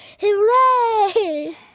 Hooray